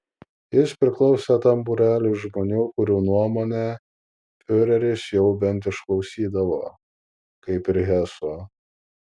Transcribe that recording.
jis priklausė tam būreliui žmonių kurių nuomonę fiureris jau bent išklausydavo kaip ir heso